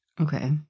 Okay